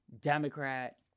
Democrat